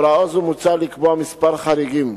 להוראה זו מוצע לקבוע מספר חריגים,